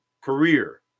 career